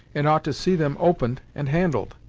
and ought to see them opened and handled.